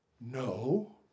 No